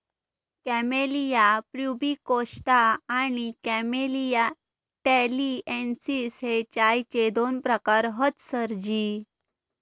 camellia pubicosta आणि camellia taliensis हे चायचे दोन प्रकार हत सरजी